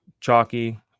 chalky